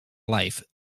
life